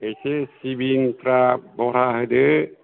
एसे सिबिंफोरा बारा होदो